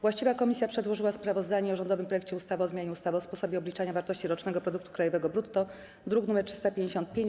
Właściwa komisja przedłożyła sprawozdanie o rządowym projekcie ustawy o zmianie ustawy o sposobie obliczania wartości rocznego produktu krajowego brutto, druk nr 355.